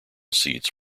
seats